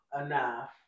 enough